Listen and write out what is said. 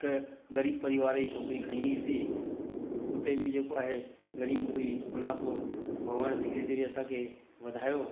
त ग़रीब परिवार जी छोकिरी खईं हुई सि उते बि जेको आहे ग़रीबी हुई उन खां पोइ भॻवानु धीरे धीरे असांखे वधायो